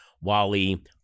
Wally